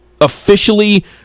officially